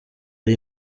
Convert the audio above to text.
ari